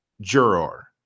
juror